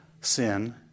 sin